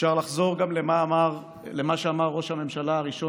אפשר לחזור גם למה שאמר ראש הממשלה הראשון